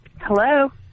Hello